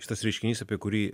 šitas reiškinys apie kurį